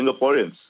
Singaporeans